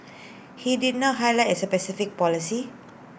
he did not highlight A specific policy